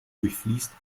durchfließt